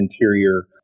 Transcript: interior